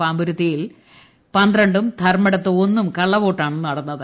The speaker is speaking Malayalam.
പാമ്പുരുത്തിയിൽ പന്ത്രണ്ടും ധർമ്മടത്ത് ഒന്നും കള്ളവോട്ടാണ് നടന്നത്